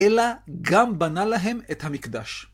אלא גם בנה להם את המקדש.